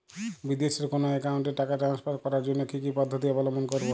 বিদেশের কোনো অ্যাকাউন্টে টাকা ট্রান্সফার করার জন্য কী কী পদ্ধতি অবলম্বন করব?